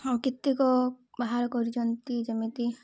ଆଉ କେତେକ ବାହାର କରିଛନ୍ତି ଯେମିତି